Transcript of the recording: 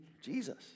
Jesus